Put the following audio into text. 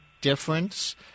difference –